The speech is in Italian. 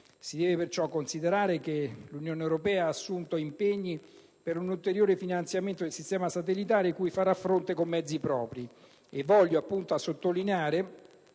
Si deve perciò considerare che l'Unione europea ha assunto impegni per un ulteriore finanziamento del sistema satellitare cui farà fronte con mezzi propri. Voglio appunto sottolineare